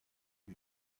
you